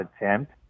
attempt